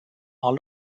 are